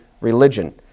religion